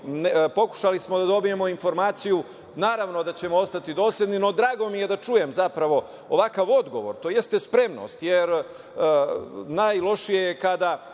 Pokušali smo da dobijemo informaciju, naravno da ćemo ostati dosledni, no drago mi je da čujem ovakav odgovor. To jeste spremnost, jer najlošije je kada